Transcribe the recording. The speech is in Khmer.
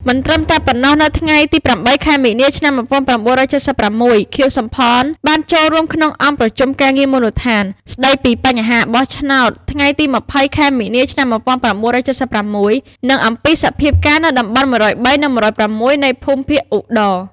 មិនត្រឹមតែប៉ុណ្ណោះនៅថ្ងៃទី ៨ ខែមីនា ១៩៧៦ ខៀវ សំផន បានចូលរួមក្នុងអង្គប្រជុំការងារមូលដ្ឋាន ស្តីពីបញ្ហាបោះឆ្នោតថ្ងៃទី ២០ ខែមីនា ឆ្នាំ ១៩៧៦ និងអំពីសភាពការណ៍នៅតំបន់ ១០៣ និង ១០៦ នៃភូមិភាគឧត្តរ ។